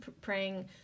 praying